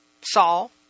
Saul